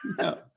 No